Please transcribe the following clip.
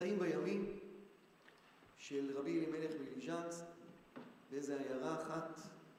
באים בימים של רבי אלימלך מליז'נסק, באיזה עיירה אחת